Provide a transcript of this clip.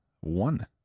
one